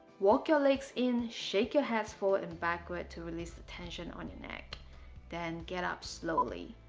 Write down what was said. walk your legs in, shake your hands forward and backward to release the tension on your neck then get up slowly